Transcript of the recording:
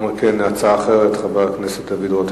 של חבר הכנסת דוד רותם.